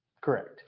Correct